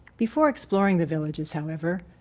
before exploring the villages, however,